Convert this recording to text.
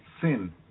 sin